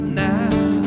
now